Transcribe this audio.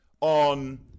on